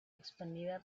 expandida